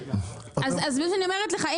אז מה שאני אומרת לך,